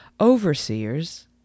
overseers